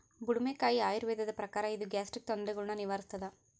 ಬುಡುಮೆಕಾಯಿ ಆಯುರ್ವೇದದ ಪ್ರಕಾರ ಇದು ಗ್ಯಾಸ್ಟ್ರಿಕ್ ತೊಂದರೆಗುಳ್ನ ನಿವಾರಿಸ್ಥಾದ